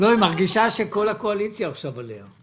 היא מרגישה שכל הקואליציה עכשיו עליה.